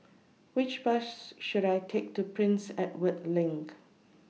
Which Bus should I Take to Prince Edward LINK